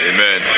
Amen